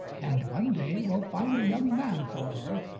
and one day will find a young man for her,